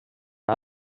are